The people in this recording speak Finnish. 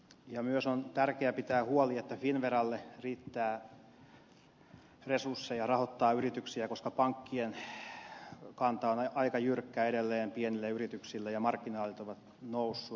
ja myös on tärkeätä pitää huolta että finnveralle riittää resursseja rahoittaa yrityksiä koska pankkien kanta on aika jyrkkä edelleen pieniä yrityksiä kohtaan ja marginaalit ovat nousseet